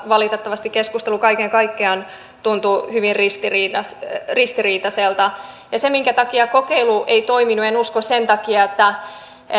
valitettavasti keskustelu kaiken kaikkiaan tuntuu hyvin ristiriitaiselta ja en usko että kokeilu ei toiminut sen takia että